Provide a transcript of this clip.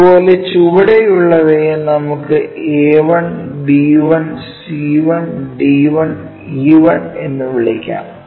അതുപോലെ ചുവടെയുള്ളവയെ നമുക്ക് A1 B1 C1 D1 E1 എന്ന് വിളിക്കാം